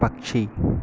പക്ഷി